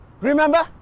Remember